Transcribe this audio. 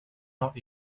not